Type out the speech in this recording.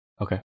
Okay